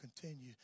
continue